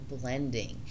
blending